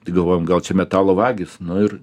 tik galvojom gal čia metalo vagys nu ir